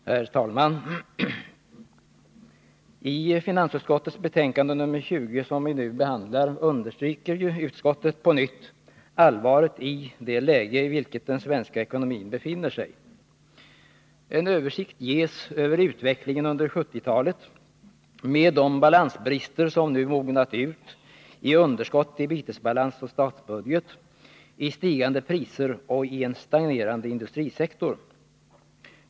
Herr talman! I finansutskottets betänkande nr 20, som vi nu behandlar, understryker utskottet på nytt allvaret i det läge i vilket den svenska ekonomin befinner sig. En översikt ges över utvecklingen under 1970-talet, med de balansbrister som nu mognat ut i underskott i bytesbalans och statsbudget, i stigande priser och i en stagnerande industrisektor.